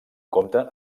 compte